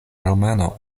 romano